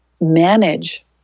manage